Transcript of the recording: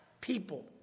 people